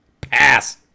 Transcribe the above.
Pass